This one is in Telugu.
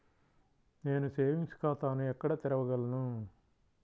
నేను సేవింగ్స్ ఖాతాను ఎక్కడ తెరవగలను?